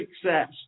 success